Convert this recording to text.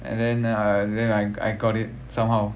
and then uh I then I I got it somehow